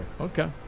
Okay